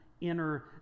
inner